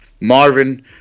Marvin